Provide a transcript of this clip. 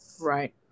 right